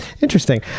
Interesting